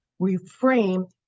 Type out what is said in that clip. reframe